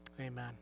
Amen